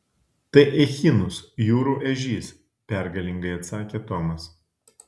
tai echinus jūrų ežys pergalingai atsakė tomas